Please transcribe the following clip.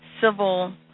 Civil